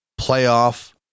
playoff